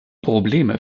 probleme